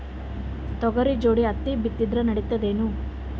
ತೊಗರಿ ಜೋಡಿ ಹತ್ತಿ ಬಿತ್ತಿದ್ರ ನಡಿತದೇನು?